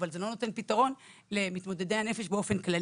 אבל זה לא נותן פתרון למתמודדי הנפש באופן כללי.